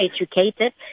educated